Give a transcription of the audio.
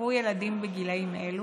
עבור ילדים בגילים אלו,